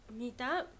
meetup